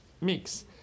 mix